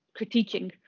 critiquing